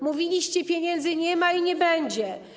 Mówiliście: pieniędzy nie ma i nie będzie.